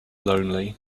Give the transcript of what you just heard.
lonely